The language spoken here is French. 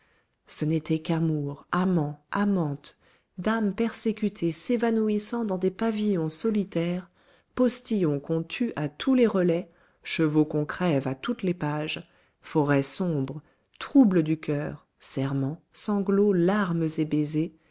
ce n'étaient qu'amours amants amantes dames persécutées s'évanouissant dans des pavillons solitaires postillons qu'on tue à tous les relais chevaux qu'on crève à toutes les pages forêts sombres troubles du coeur serments sanglots larmes et baisers